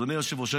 אדוני היושב-ראש,